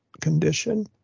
condition